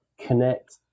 connect